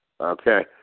Okay